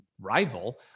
rival